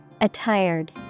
Attired